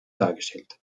dargestellt